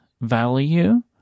value